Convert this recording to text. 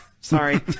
sorry